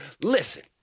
Listen